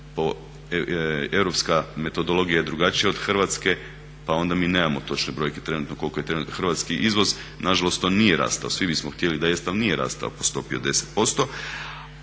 europska metodologija je drugačija od hrvatske pa onda mi nemamo točne brojke trenutno koliko je hrvatski izvoz. Nažalost on nije rastao, svi bismo htjeli da jest ali nije rastao po stopi od 10%.